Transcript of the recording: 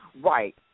right